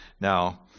Now